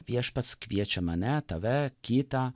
viešpats kviečia mane tave kitą